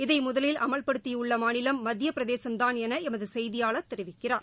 இதை முதலில் அமல்படுத்தியுள்ள மாநிலம் மத்திய பிரதேசம்தான் என எம்து செய்தியாளர் தெரிவிக்கிறார்